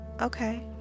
okay